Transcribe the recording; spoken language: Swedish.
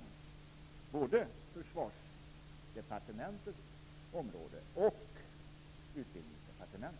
Det ligger helt naturligt inom både Herr talman!